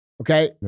Okay